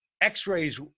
X-rays